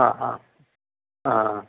ആ ആ ആ ആ